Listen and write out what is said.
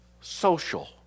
social